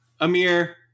Amir